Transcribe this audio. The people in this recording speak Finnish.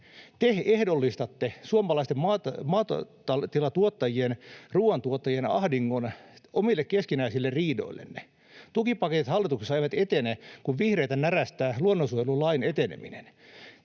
Te ehdollistatte suomalaisten maatilatuotta-jien, ruuantuottajien, ahdingon omille keskinäisille riidoillenne. Tukipaketit hallituksessa eivät etene, kun vihreitä närästää luonnonsuojelulain eteneminen.